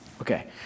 Okay